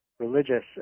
religious